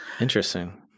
Interesting